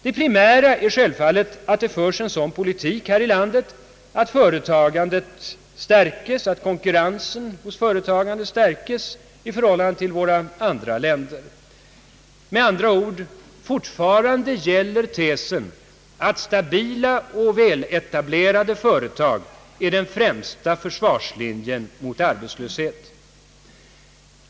Det primära är självfallet att det förs en sådan politik här i landet att konkurrenskraften hos företagandet stärks i förhållande till andra länder. Med andra ord: fortfarande gäller tesen att stabila och väletablerade företag är den främsta försvarslinjen mot arbetslöshet.